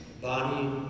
body